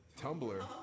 Tumblr